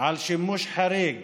על שימוש חריג